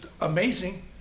amazing